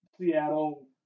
Seattle